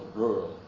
rural